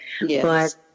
Yes